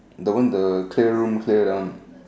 the one the clear room clear that one